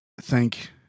thank